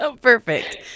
Perfect